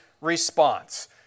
response